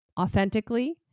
authentically